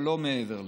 אבל לא מעבר לזה.